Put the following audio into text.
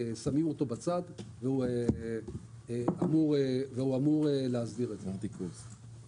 שמים אותו בצד והוא אמור להסדיר את זה.